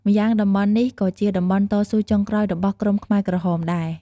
ម្យ៉ាងតំបន់នេះ ក៏ជាតំបន់តស៊ូចុងក្រោយរបស់ក្រុមខ្មែរក្រហមដែរ។